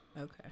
Okay